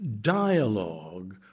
dialogue